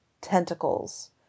tentacles